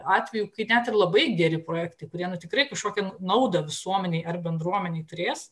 atvejų kai net ir labai geri projektai kurie nu tikrai kažkokią naudą visuomenei ar bendruomenei turės